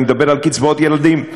אני מדבר על קצבאות ילדים,